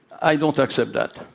i don't accept that.